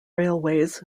railways